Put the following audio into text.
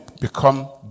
become